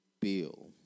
bill